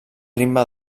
ritme